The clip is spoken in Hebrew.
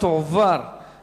העונשין (תיקון מס' 108) (החמרת הענישה בעבירות שוחד),